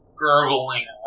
gurgling